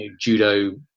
judo